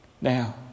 Now